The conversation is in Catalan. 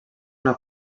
una